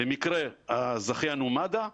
במקרה הזכיין הוא מד"א,